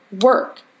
work